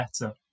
better